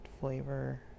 flavor